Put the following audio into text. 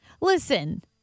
Listen